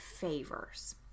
favors